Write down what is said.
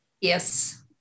Yes